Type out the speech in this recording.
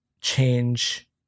change